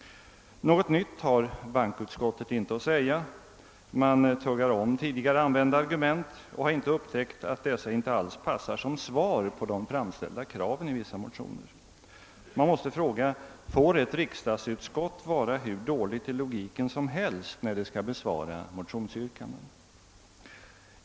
Något nytt har bankoutskottet inte att säga. Man tuggar om tidigare använda argument och har inte upptäckt att de inte alls passar som svar på de i vissa motioner framställda kraven. Man måste fråga: Får ett riksdagsutskott vara hur svagt som helst i logiken, när det skall besvara motionsyrkanden?